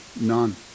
none